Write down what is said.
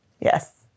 Yes